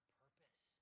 purpose